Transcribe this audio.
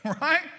right